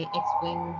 explain